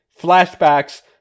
flashbacks